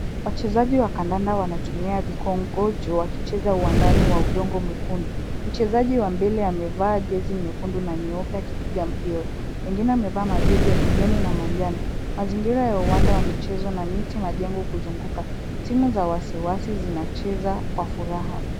Wachezaji wa kandanda wanatumia vikongojo wakicheza uwandani wa udongo mwekundu. Mchezaji wa mbele amevaa jezi nyekundu na nyeupe akipiga mpira. Wengine wamevaa majezi ya kijani na manjano. Mazingira ya uwanda wa michezo na miti majengo kuzunguka. Timu za wasiwasi zinacheza kwa furaha.